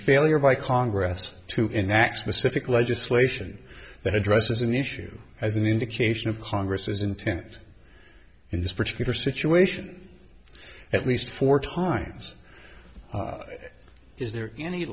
failure by congress to enact specific legislation that addresses an issue as an indication of congress's intent in this particular situation at least four times is there any